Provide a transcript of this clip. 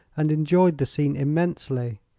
and enjoyed the scene immensely.